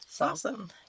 Awesome